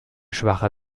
schwache